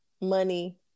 Money